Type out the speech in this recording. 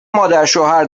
مادرشوهر